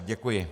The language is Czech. Děkuji.